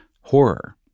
horror